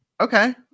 Okay